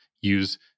use